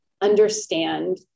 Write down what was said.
understand